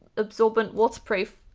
absorbent waterproof.